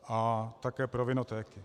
A také pro vinotéky.